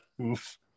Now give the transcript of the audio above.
Oof